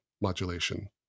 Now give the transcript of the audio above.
modulation